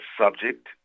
subject